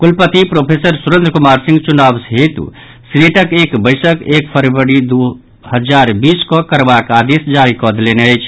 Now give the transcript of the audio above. कुलपति प्रोफेसर सुरेंद्र कुमार सिंह चुनाव हेतु सीनेटक एक बैसक एक फरवरी दो हजार बीस कऽ करबाक आदेश जारी कऽ देलनि अछि